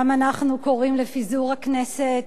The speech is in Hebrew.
גם אנחנו קוראים לפיזור הכנסת.